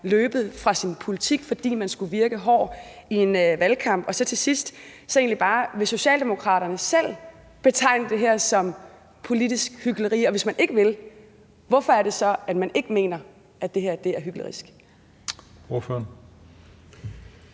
løbet fra sin politik, fordi man skulle virke hård i en valgkamp? Til sidst vil jeg egentlig bare spørge: Vil Socialdemokraterne selv betegne det her som politisk hykleri? Og hvis man ikke vil, hvorfor er det så, man ikke mener, at det her er hyklerisk?